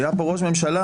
היה פה ראש ממשלה,